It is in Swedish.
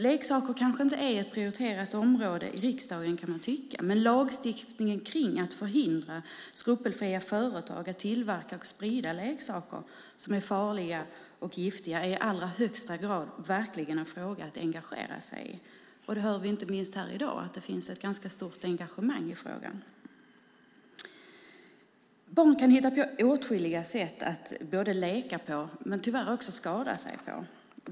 Leksaker kanske är inte ett prioriterat område i riksdagen, kan man tycka, men lagstiftningen kring att förhindra skrupelfria företag att tillverka och sprida leksaker som är farliga och giftiga är i allra högsta grad en fråga att engagera sig i. Vi hör inte minst här i dag att det finns ett ganska stort engagemang i frågan. Barn kan hitta på åtskilliga sätt att leka på men tyvärr också skada sig på.